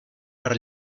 per